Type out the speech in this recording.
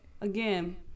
Again